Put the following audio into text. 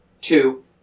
Two